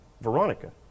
Veronica